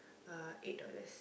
uh eight dollars